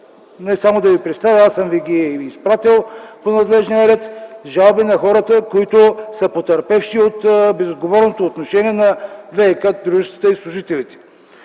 мога да ви представя, аз съм ви ги и изпратил по надлежния ред, жалби на хора, които са потърпевши от безотговорното отношение на ВиК дружествата и служителите.